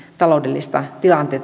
taloudellista